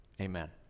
amen